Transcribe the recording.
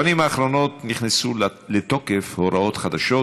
בשנים האחרונות נכנסו לתוקף הוראות חדשות,